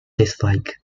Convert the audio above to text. dislike